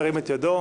ירים את ידו.